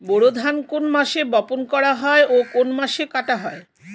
বোরো ধান কোন মাসে বপন করা হয় ও কোন মাসে কাটা হয়?